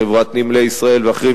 חברת "נמלי ישראל" ואחרות,